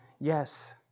yes